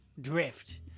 Drift